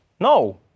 No